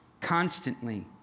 constantly